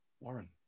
Warren